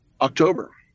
October